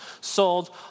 sold